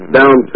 down